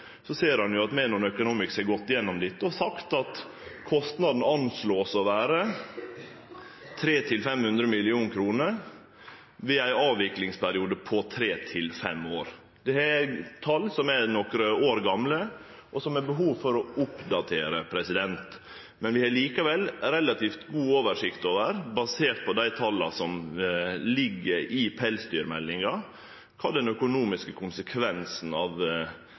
ser han at Menon Economics har gått gjennom dette og sagt at kostnaden vert anslått å vere 300–500 mill. kr med ein avviklingsperiode på tre til fem år. Det er tal som er nokre år gamle, og som det er behov for å oppdatere. Vi har likevel relativt god oversikt over kva den økonomiske konsekvensen av dette vedtaket om lag vil vere – basert på dei tala som ligg i pelsdyrmeldinga.